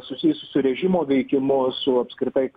susijusius su režimo veikimu su apskritai